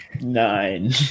Nine